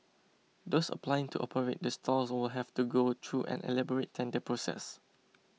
those applying to operate the stalls will have to go through an elaborate tender process